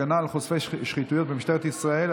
הגנה על חושפי שחיתויות במשטרת ישראל),